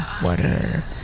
Water